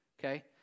okay